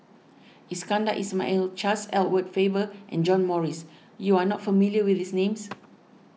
Iskandar Ismail Charles Edward Faber and John Morrice you are not familiar with these names